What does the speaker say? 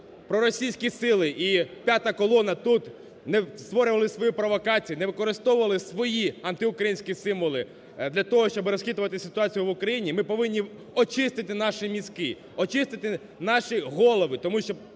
проросійські сили і "п'ята колона" тут не створювали свої провокації, не використовували свої, антиукраїнські, символи для того, щоб розхитувати ситуацію в Україні, ми повинні очистити наші мізки, очистити наші голови, тому що